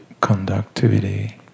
conductivity